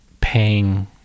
paying